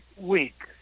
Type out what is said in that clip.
week